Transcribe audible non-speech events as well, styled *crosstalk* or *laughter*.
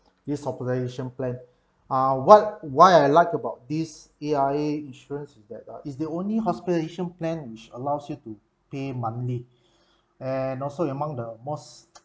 this operation plan uh what why I liked about this A_I_A insurance is that is the only hospitalisation plan which allows you to pay monthly and also among the most *noise*